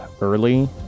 early